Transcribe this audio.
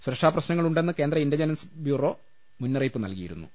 സുരക്ഷാപ്ര ശ്നങ്ങളുണ്ടെന്ന് കേന്ദ്ര intelligence bureau മുന്നറിയിപ്പ് നൽകിയിരു ന്നു